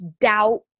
doubt